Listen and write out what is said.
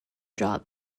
job